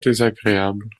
désagréable